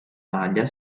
maglia